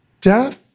death